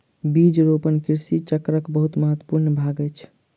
बीज रोपण कृषि चक्रक बहुत महत्वपूर्ण भाग अछि